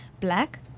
black